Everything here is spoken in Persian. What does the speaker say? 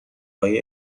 های